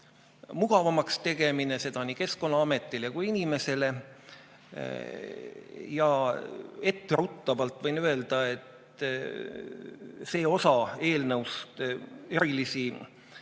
mugavamaks teha, seda nii Keskkonnaametile kui ka inimesele. Etteruttavalt võin öelda, et see osa eelnõust erilisi